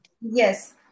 Yes